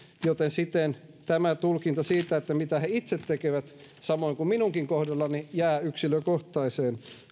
siten tulkinta siitä mitä he itse tekevät samoin kuin minunkin kohdallani jää yksilökohtaiseen